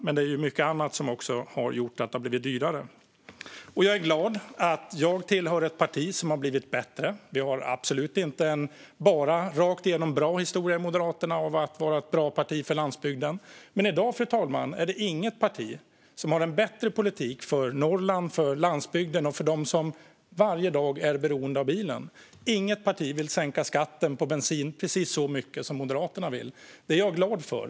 Men det är mycket annat som också har gjort att det har blivit dyrare. Jag är glad att jag tillhör ett parti som har blivit bättre. Vi har absolut inte en rakt igenom bra historia i Moderaterna av att vara ett bra parti för landsbygden, men i dag, fru talman, är det inget parti som har en bättre politik än Moderaterna för Norrland, för landsbygden och för dem som varje dag är beroende av bilen. Inget parti vill sänka skatten på bensin precis så mycket som Moderaterna vill. Det är jag glad för.